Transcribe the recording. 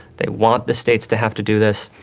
they want the states to have to do this,